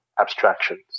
abstractions